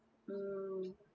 mm